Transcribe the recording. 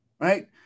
Right